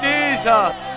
Jesus